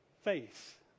faith